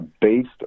based